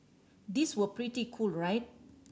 these were pretty cool right